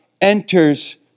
enters